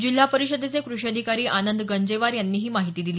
जिल्हा परिषदेचे कृषी अधिकारी आनंद गंजेवार यांनी ही माहिती दिली